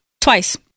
Twice